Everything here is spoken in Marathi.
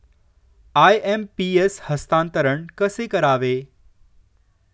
आय.एम.पी.एस हस्तांतरण कसे करावे?